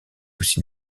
aussi